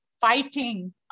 fighting